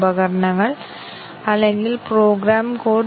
ഉദാഹരണങ്ങൾ നോക്കുമ്പോൾ അത് വ്യക്തമാകണം